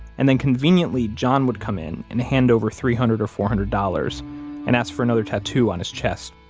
and then conveniently, john would come in and hand over three hundred dollars or four hundred dollars and ask for another tattoo on his chest.